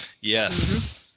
Yes